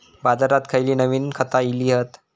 बाजारात खयली नवीन खता इली हत?